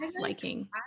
liking